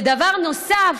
ודבר נוסף,